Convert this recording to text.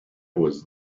was